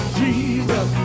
jesus